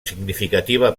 significativa